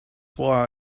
why